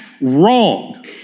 wrong